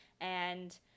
and-